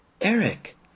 Eric